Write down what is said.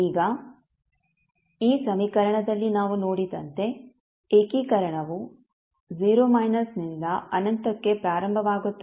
ಈಗ ಈ ಸಮೀಕರಣದಲ್ಲಿ ನಾವು ನೋಡಿದಂತೆ ಏಕೀಕರಣವು 0 ದಿಂದ ಅನಂತಕ್ಕೆ ಪ್ರಾರಂಭವಾಗುತ್ತದೆ